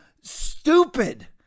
stupid